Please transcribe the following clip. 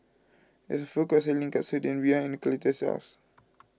there is a food court selling Katsudon behind Cletus' house